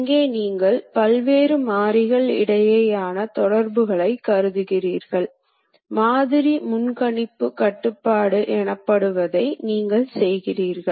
பாகங்கள் விலை உயர்ந்தவை விலை உயர்ந்ததாக இருப்பதால் தவறான உற்பத்தி காரணமாக சில பாகங்கள் வீணாகிவிடும் வாய்ப்பை நாம் விரும்ப மாட்டோம்